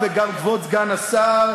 לגבי השאלה השנייה,